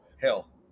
Hell